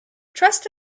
trust